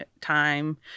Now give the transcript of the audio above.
Time